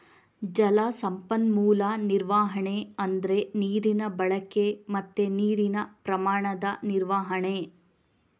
ಜಲ ಸಂಪನ್ಮೂಲ ನಿರ್ವಹಣೆ ಅಂದ್ರೆ ನೀರಿನ ಬಳಕೆ ಮತ್ತೆ ನೀರಿನ ಪ್ರಮಾಣದ ನಿರ್ವಹಣೆ